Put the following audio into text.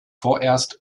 vorerst